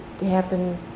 happen